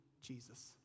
Jesus